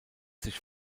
sich